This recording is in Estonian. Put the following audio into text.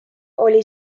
oli